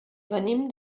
venim